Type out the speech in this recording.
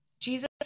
Jesus